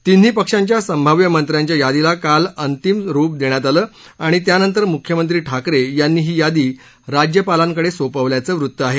तिन्ही पक्षांच्या संभाव्य मंत्र्यांच्या यादीला काल अंतिमरूप देण्यात आलं आणि त्यानंतर मुख्यमंत्री ठाकरे यांनी ही यादी राज्यपालांकडे सोपवल्याचं वृत्त आहे